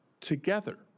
together